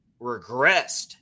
regressed